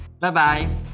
bye-bye